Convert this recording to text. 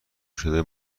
شده